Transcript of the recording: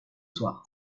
soir